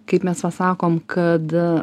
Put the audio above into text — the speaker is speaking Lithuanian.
kaip mes va sakom kad